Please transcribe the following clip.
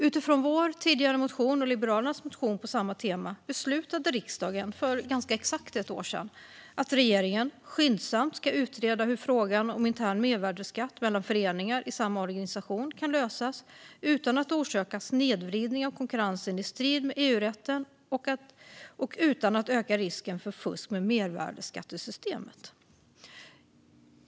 Utifrån vår motion och Liberalernas motion på samma tema beslutade riksdagen för ganska exakt ett år sedan att regeringen skyndsamt ska utreda hur frågan om intern mervärdesskatt mellan föreningar i samma organisation kan lösas utan att orsaka snedvridning av konkurrensen i strid med EU-rätten och utan att öka risken för fusk med mervärdesskattesystemet.